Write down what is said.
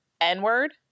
N-word